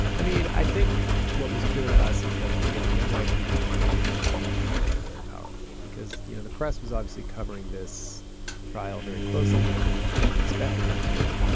i mean, i think what was clear to us is that the the nypd media machine was very, very powerful because, you know, the press was obviously covering this trial very closely, which, you know, we expected them to.